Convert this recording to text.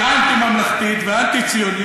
היא אנטי-ממלכתית ואנטי-ציונית,